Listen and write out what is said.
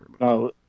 no